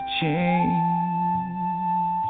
change